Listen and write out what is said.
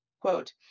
quote